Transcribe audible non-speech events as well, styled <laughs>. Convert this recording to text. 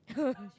<laughs>